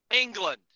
England